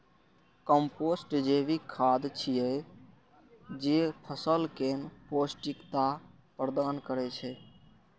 compost जैविक खाद छियै, जे फसल कें पौष्टिकता प्रदान करै छै